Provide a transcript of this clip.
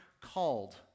called